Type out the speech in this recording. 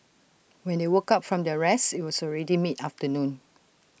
when they woke up from their rest IT was already mid afternoon